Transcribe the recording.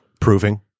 Proving